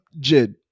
Jid